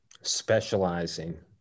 specializing